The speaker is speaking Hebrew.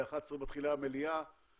כי ב-11:00 מתחילה המליאה.